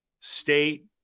state